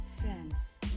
friends